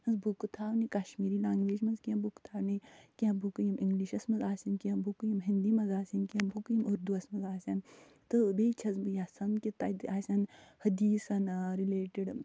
ہٕنٛز بُکہٕ تھاونہِ کشمیٖری لیںٛگویج منٛز کیٚنٛہہ بُکہٕ تھاونہِ کیٚنٛہہ بُکہٕ یِم انٛگلِشس منٛز آسن کیٚنٛہہ یِم ہِندی منٛز آسن کیٚنٛہہ بُکہٕ یِم اُردوٗوَس منٛز آسن تہٕ بیٚیہِ چھَس بہٕ یَژھان کہِ تَتہِ آسن حدیٖثن رِلیٹڈ